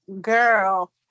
girl